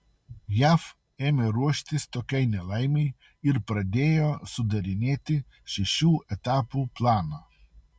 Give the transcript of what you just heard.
jav ėmė ruoštis tokiai nelaimei ir pradėjo sudarinėti šešių etapų planą